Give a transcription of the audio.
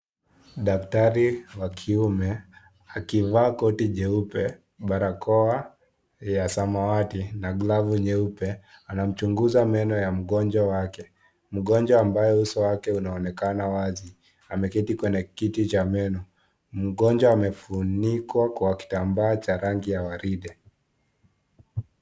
Daktari wa kiume akivaa koti jeupe, barakoa ya samawati na glavu nyeupa. Anamchunguza meno ya mgonjwa wake. Mgonjwa ambaye uso wake unaonekana wazi. ameketi kwenye kiti cha meno. Mgonjwa amefunikwa kwa kitambaa cha rangi ya waride.